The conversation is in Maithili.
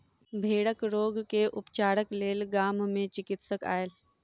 भेड़क रोग के उपचारक लेल गाम मे चिकित्सक आयल